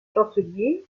chancelier